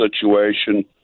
situation